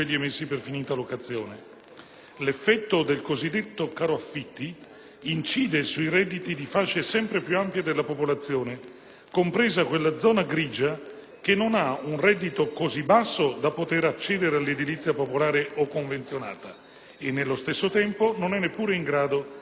L'effetto del cosiddetto caro-affitti incide sui redditi di fasce sempre più ampie della popolazione, compresa quella zona grigia che non ha un reddito così basso da poter accedere all'edilizia popolare o convenzionata e, nello stesso tempo, non è neppure in grado di acquistare l'alloggio.